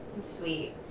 Sweet